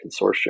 Consortium